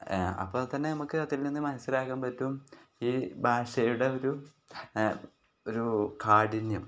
അപ്പോൾ തന്നെ നമുക്ക് അതിൽ നിന്ന് മനസ്സിലാക്കൻ പറ്റും ഈ ഭാഷയുടെ ഒരു ഒരു കാഠിന്യം